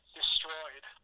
destroyed